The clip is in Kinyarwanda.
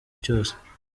cyose